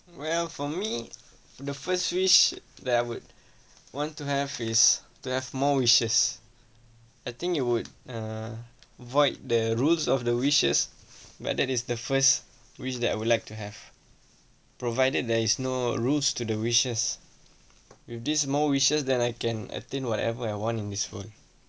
well for me the first wish that would want to have is to have more wishes I think you would err void their rules of the wishes but that is the first wish that I would like to have provided there is no rules to the wishes with these more wishes that I can attain whatever I want in this world